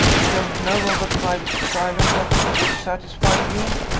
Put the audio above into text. you don't know of a private asylum that would satisfy you?